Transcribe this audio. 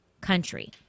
country